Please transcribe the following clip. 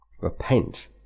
repent